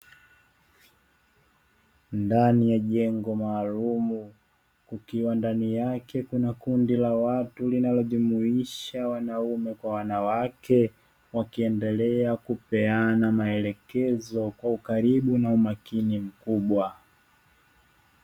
Ndani ya jengo maalumu kukiwa ndani yake kuna kundi la watu linalijumuisha wanaume kwa wanawake, wakiendelea kupeana maelekezo kwa ukaribu na umakini mkubwa.